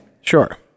Sure